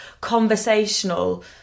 conversational